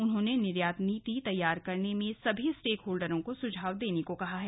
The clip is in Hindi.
उन्होंने निर्यात नीति तैयार करने में सभी स्टेक होल्डरों को सुझाव देने को कहा है